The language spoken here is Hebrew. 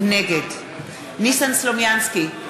נגד ניסן סלומינסקי,